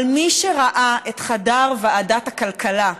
אבל מי שראה את חדר ועדת הכלכלה,